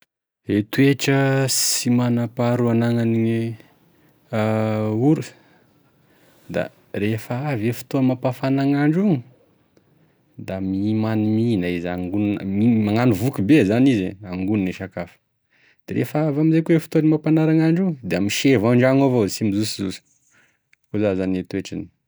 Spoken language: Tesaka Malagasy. E toetra sy manam-paharoa anagnan'e orsa da rehefa avy e fotoa mampafana gn'andro io da mimany- mihigna izy agnoniny- magnano vokibe zany izy, angoniny e sakafo, da rehefa avy amzay koa e fotoa mampanara gnandro da misevo an-dragno evao izy tsy mijosojoso akoa iza zany e toetrany